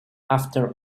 after